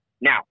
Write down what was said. Now